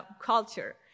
culture